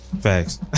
Facts